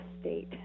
State